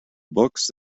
books